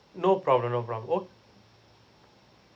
no problem no problem ok